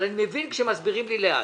אבל אני מבין כשמסבירים לי לאט.